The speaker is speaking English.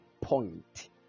point